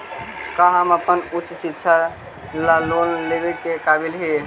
का हम अपन उच्च शिक्षा ला लोन लेवे के काबिल ही?